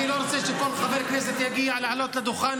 אני לא רוצה שכל חבר כנסת יגיע לעלות לדוכן